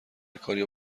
کاریو